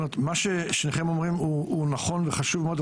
מה ששניכם אומרים הוא נכון וחשוב מאוד,